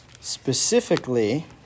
Specifically